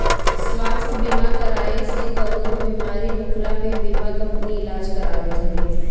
स्वास्थ्य बीमा कराए से कवनो बेमारी होखला पे बीमा कंपनी इलाज करावत हवे